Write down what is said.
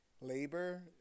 labor